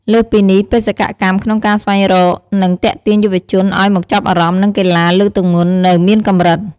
លើសពីនេះបេសកកម្មក្នុងការស្វែងរក និងទាក់ទាញយុវជនឱ្យមកចាប់អារម្មណ៍នឹងកីឡាលើកទម្ងន់នៅមានកម្រិត។